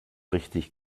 richtig